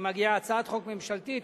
הצעת חוק ממשלתית,